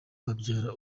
babyara